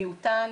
מיעוטן